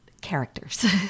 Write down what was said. characters